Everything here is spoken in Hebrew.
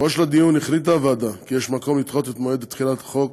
בסופו של הדיון החליטה הוועדה כי יש מקום לדחות את מועד תחילת החוק